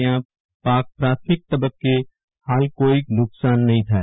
ત્યાં પાક પ્રાથમિક તબ્બકે ફોઈ કોઈ નુકશાને નહિ થાય